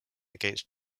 against